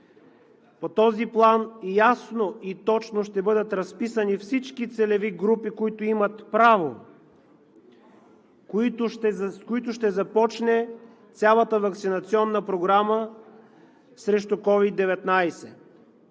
По този план ясно и точно ще бъдат разписани всички целеви групи, които имат право, с които ще започне цялата ваксинационна програма срещу COVID-19.